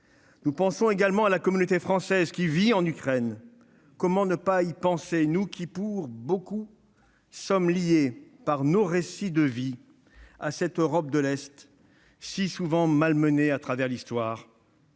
Nous pensons également à la communauté française résidant en Ukraine. Comment ne pas y penser, nous qui pour beaucoup sommes liés par nos récits de vie à cette Europe de l'Est si souvent malmenée à travers l'histoire ?